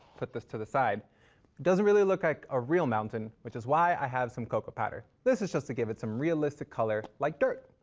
put this to the side. it doesn't really look like a real mountain, which is why i have some cocoa powder. this is just to give it some realistic color like dirt.